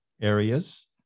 areas